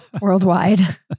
worldwide